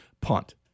punt